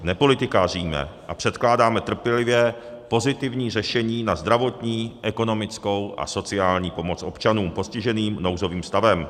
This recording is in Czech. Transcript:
Nepolitikaříme a předkládáme trpělivě pozitivní řešení na zdravotní, ekonomickou a sociální pomoc občanům postiženým nouzovým stavem.